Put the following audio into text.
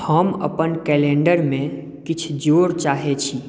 हम अपन कैलेंडरमे किछु जोड़ऽ चाहै छी